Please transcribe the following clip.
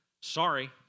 Sorry